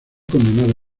condenado